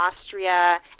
Austria